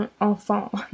enfant